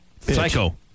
Psycho